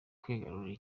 kwigarurira